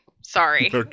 Sorry